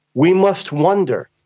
we must wonder.